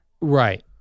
Right